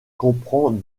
comprend